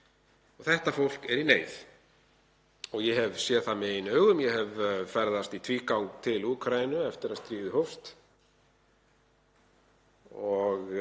Þetta fólk er í neyð. Ég hef séð það með eigin augum. Ég hef ferðast í tvígang til Úkraínu eftir að stríðið hófst og